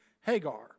Hagar